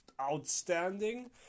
outstanding